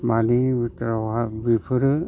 मानैनि बिथोरावहा बेफोरो